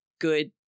good